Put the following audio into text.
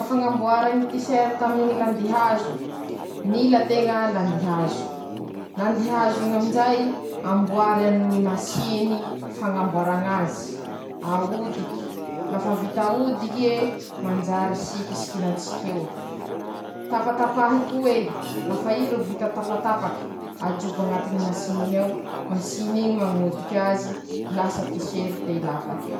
Ñy atao hoe "karatsy fangala drala":angalan-teña drala eñe lafa teña ro tsy mahefa milahatsy amy banky añy, na manahaky anizao teña tsy mahefa mampiasa chec andea amy banky añy ;iñy avao ro atsofokin-teña aminy ñy masiny fangala drala eo ao la vita ;ñy fomba fiasany, natao hangala drala.